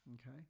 Okay